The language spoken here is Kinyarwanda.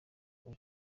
ubwo